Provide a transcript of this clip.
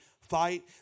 fight